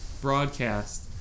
broadcast